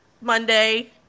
Monday